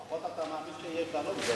לפחות אתה מאמין שיהיה שלום.